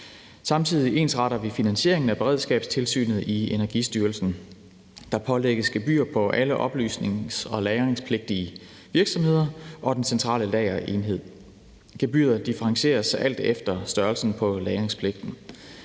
Samtidig ensretter vi finansieringen af beredskabstilsynet i Energistyrelsen. Der pålægges gebyrer på alle oplysnings- og lagringspligtige virksomheder og den centrale lagerenhed. Gebyret differentieres alt efter størrelsen på lagringspligten.